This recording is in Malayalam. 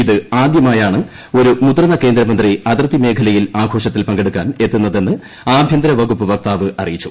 ഇത് ആദ്യമായാണ് ഒരു മുതിർന്ന കേന്ദ്രമന്ത്രി അതിർത്തി മേഖലയിൽ ആഘോഷത്തിൽ പങ്കെടുക്കാൻ എത്തുന്നതെന്ന് ആഭ്യന്തര വകുപ്പ് വക്താവ് അറിയിച്ചു